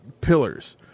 pillars